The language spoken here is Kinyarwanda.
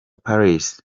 paris